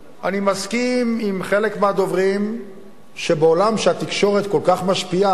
אני מסכים עם חלק מהדוברים שבעולם שהתקשורת כל כך משפיעה,